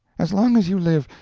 as long as you live,